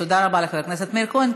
תודה רבה לחבר הכנסת מאיר כהן.